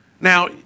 Now